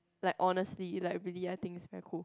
like honestly like really I think is very cool